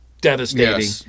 devastating